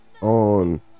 on